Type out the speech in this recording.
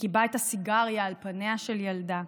שכיבה את הסיגריה על פניה של ילדה,